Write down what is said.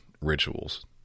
rituals